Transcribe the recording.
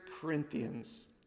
Corinthians